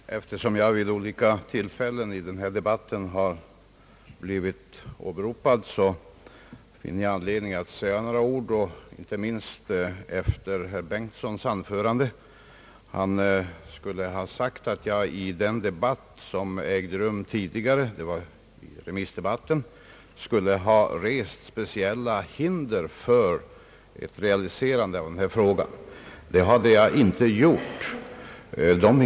Herr talman! Eftersom jag vid olika tillfällen under denna debatt blivit åberopad, finns det anledning för mig att säga några ord, inte minst efter herr Bengtsons anförande. Han har sagt att jag under den debatt som ägde rum tidigare — det var remissdebatten — skulle ha rest speciella hinder för ett realiserande av en sådan här försäkring. Det har jag inte gjort!